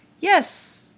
yes